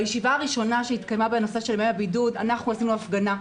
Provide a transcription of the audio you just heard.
בישיבה הראשונה שהתקיימה בנושא ימי הבידוד עשינו הפגנה.